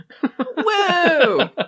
Whoa